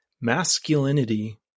masculinity